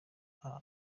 aha